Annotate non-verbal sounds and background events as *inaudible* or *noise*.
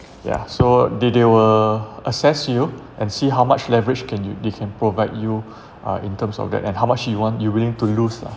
yeah so they they will assess you and see how much leverage can you they can provide you *breath* uh in terms of that and how much you want you willing to lose lah